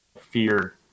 fear